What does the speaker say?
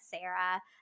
Sarah